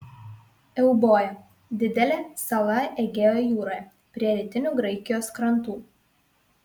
euboja didelė sala egėjo jūroje prie rytinių graikijos krantų